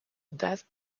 that